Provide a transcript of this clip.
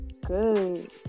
good